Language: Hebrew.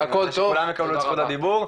כדי שכולם יקבלו את זכות הדיבור,